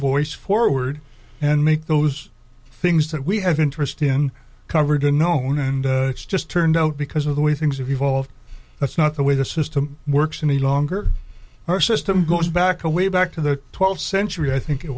voice forward and make those things that we have interest in covered and known and it's just turned out because of the way things have evolved that's not the way the system works and the longer our system goes back to way back to the twelfth century i think it